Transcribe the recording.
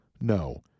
No